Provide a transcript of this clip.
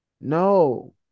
No